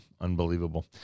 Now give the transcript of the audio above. Unbelievable